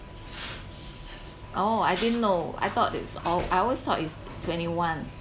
oh I didn't know I thought it's al~ I always thought it's twenty one